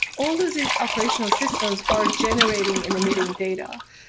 all those operational systems are generating and emitting data.